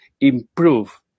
improve